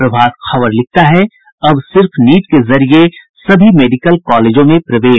प्रभात खबर लिखता है अब सिर्फ नीट के जरिए सभी मेडिकल कॉलेजों में प्रवेश